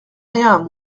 rien